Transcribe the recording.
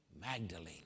Magdalene